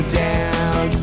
down